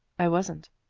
i wasn't,